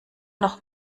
noch